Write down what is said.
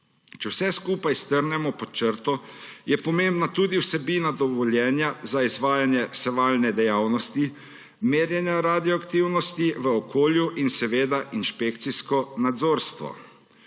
Če vse skupaj strnemo pod črto, je pomembna tudi vsebina dovoljenja za izvajanje sevalne dejavnosti, merjenja radioaktivnosti v okolju in seveda inšpekcijsko nadzorstvo.